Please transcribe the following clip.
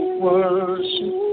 worship